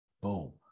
boom